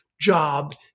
job